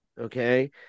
okay